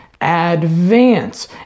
advance